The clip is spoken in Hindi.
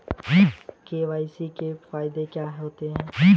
के.वाई.सी के फायदे क्या है?